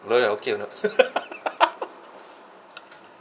like that okay or not